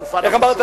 איך אמרת?